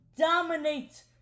dominate